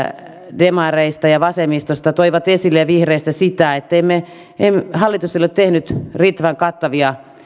demareista vasemmistosta ja vihreistä toivat esille sitä että hallitus ei ole tehnyt riittävän kattavia